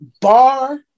bar